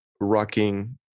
rocking